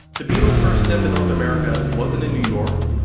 the beatles' first step in north america wasn't in new york,